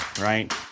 right